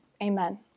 Amen